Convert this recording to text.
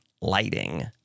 lighting